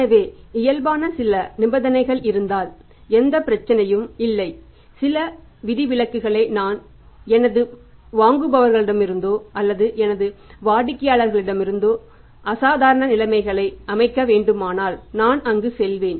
எனவே இயல்பான சில நிபந்தனைகள் இருந்தால் எந்த பிரச்சனையும் இல்லை சில விதிவிலக்குகளை நான் எனது வாங்குபவரிடமிருந்தோ அல்லது எனது வாடிக்கையாளரிடமிருந்தோ அசாதாரண நிலைமைகளை அமைக்க வேண்டுமானால் நான் அங்கு செல்வேன்